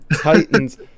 Titans